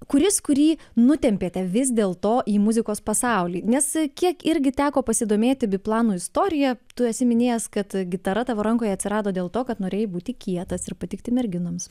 kuris kurį nutempėte vis dėl to į muzikos pasaulį nes kiek irgi teko pasidomėti biplanų istorija tu esi minėjęs kad gitara tavo rankoje atsirado dėl to kad norėjai būti kietas ir patikti merginoms